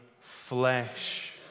flesh